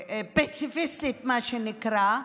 פציפיסטית, מה שנקרא,